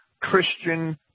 Christian